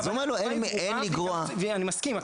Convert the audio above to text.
--- אני מסכים,